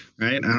right